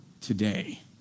today